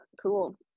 cool